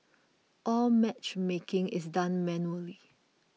all matchmaking is done manually